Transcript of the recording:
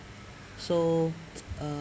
so uh